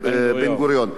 ובן-גוריון,